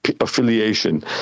affiliation